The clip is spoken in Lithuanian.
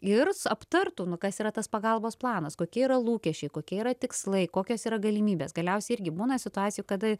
ir aptartų nu kas yra tas pagalbos planas kokie yra lūkesčiai kokie yra tikslai kokios yra galimybės galiausiai irgi būna situacijų kada